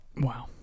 wow